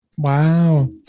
Wow